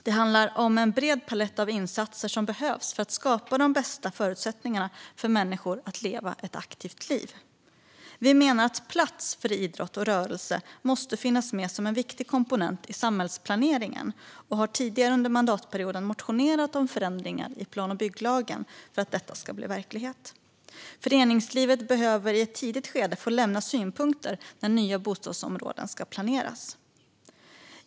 Det handlar om en bred palett av insatser som behövs för att skapa de bästa förutsättningarna för människor att leva ett aktivt liv. Vi menar att plats för idrott och rörelse måste finnas med som en viktig komponent i samhällsplaneringen och har tidigare under mandatperioden motionerat om förändringar i plan och bygglagen för att detta ska bli verklighet. Föreningslivet behöver i ett tidigt skede få lämna synpunkter när nya bostadsområden ska planeras.